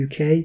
UK